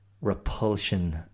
repulsion